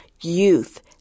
youth